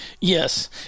Yes